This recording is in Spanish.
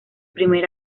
primer